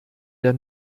der